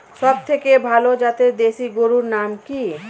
সবথেকে ভালো জাতের দেশি গরুর নাম কি?